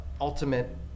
ultimate